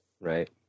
right